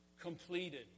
Completed